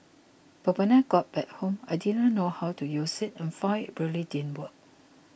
but when I got back home I didn't know how to use it and found it really didn't work